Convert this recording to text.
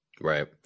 Right